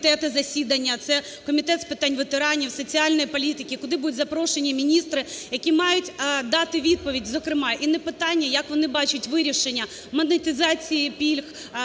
комітети, засідання, це Комітет з питань ветеранів, соціальної політики, куди будуть запрошені міністри, які мають дати відповідь, зокрема, і на питання, як вони бачать вирішення монетизації пільг,